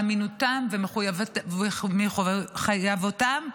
אמינותם ומחויבותם,